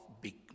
big